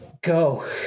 go